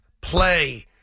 play